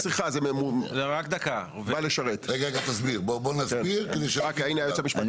רגע, תסביר את זה.